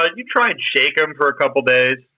ah you'd try and shake em for a couple days.